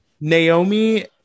Naomi